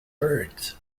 birds